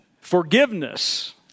forgiveness